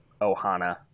ohana